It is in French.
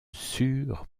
sûr